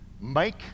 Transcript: Mike